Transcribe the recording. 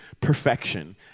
perfection